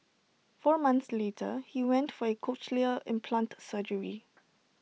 four months later he went for cochlear implant surgery